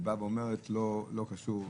היא באה ואומרת בלי